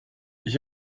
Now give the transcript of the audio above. ich